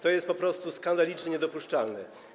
To jest po prostu skandaliczne, niedopuszczalne.